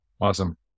Awesome